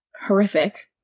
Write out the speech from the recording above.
horrific